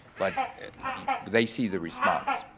but they see the response.